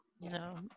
No